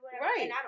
Right